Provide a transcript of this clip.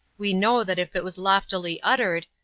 we know that if it was loftily uttered,